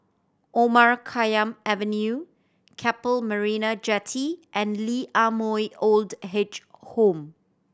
Omar Khayyam Avenue Keppel Marina Jetty and Lee Ah Mooi Old Age Home